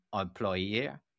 employer